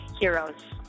heroes